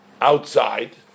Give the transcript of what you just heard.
outside